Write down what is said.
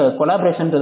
collaboration